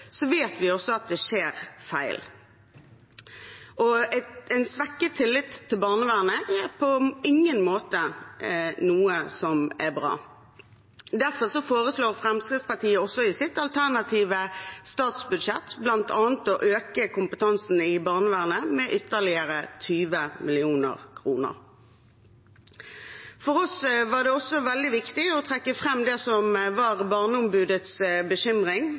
vet vi også at det skjer feil. En svekket tillit til barnevernet er på ingen måte noe som er bra. Derfor foreslår Fremskrittspartiet i sitt alternative statsbudsjett bl.a. å øke kompetansen i barnevernet med ytterligere 20 mill. kr. For oss var det også veldig viktig å trekke fram det som var Barneombudets bekymring